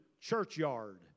churchyard